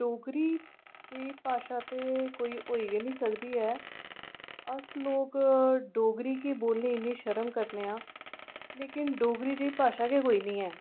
डोगरी जेई भाशा ते कोई होई गै नी सकदी ऐ अस लोक डोगरी गी बोलदे इन्ना शर्म करनेआं लेकिन डोगरी जेई भाशा गै कोई नीं ऐ